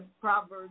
Proverbs